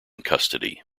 custody